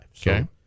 Okay